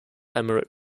emirate